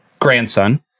grandson